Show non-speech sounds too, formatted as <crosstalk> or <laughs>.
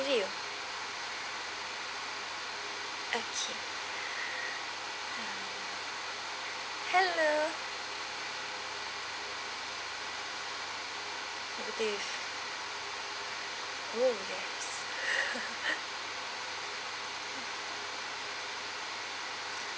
review okay hello negative oh yes <laughs>